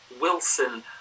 Wilson